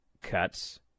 cuts